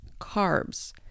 carbs